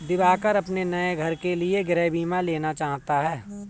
दिवाकर अपने नए घर के लिए गृह बीमा लेना चाहता है